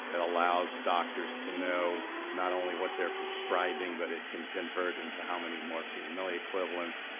it allows doctors to know not only what they're prescribing, but it can convert into how many morphine milliequivalents,